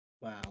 Wow